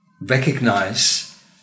recognize